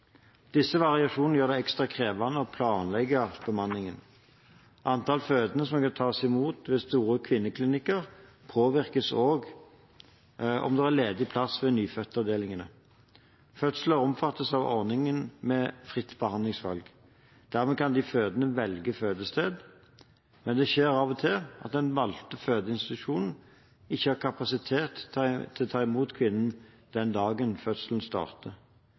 Disse variasjonene gjør det ekstra krevende å planlegge bemanningen. Antall fødende som kan tas imot ved de store kvinneklinikkene, påvirkes også av om det er ledig plass ved nyfødtavdelingene. Fødsler omfattes av ordningen med fritt behandlingsvalg. Dermed kan de fødende velge fødested. Men det skjer av og til at den valgte fødeinstitusjonen ikke har kapasitet til å ta imot kvinnen den dagen fødselen starter.